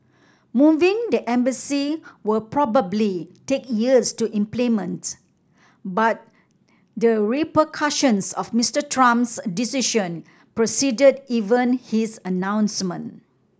moving the embassy will probably take years to implement but the repercussions of Mister Trump's decision preceded even his announcement